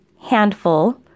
handful